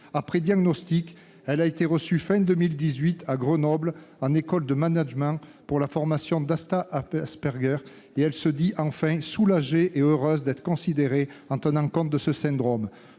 difficile-, elle a été reçue fin 2018 à Grenoble École de Management pour suivre la formation Data Asperger. Elle se dit enfin « soulagée et heureuse d'être considérée en tenant compte de ce syndrome